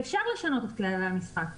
ואפשר לשנות את כללי המשחק,